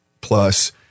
plus